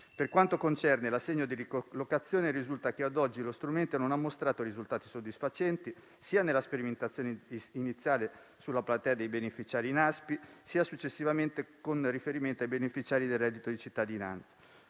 Per quanto concerne l'assegno di ricollocazione, risulta che ad oggi lo strumento non ha mostrato risultati soddisfacenti, sia nella sperimentazione iniziale sulla platea dei beneficiari Naspi, sia successivamente con riferimento ai beneficiari del reddito di cittadinanza.